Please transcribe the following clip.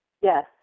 Yes